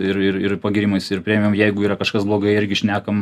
ir ir ir pagyrimais ir premijom jeigu yra kažkas blogai irgi šnekam